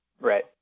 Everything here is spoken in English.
Right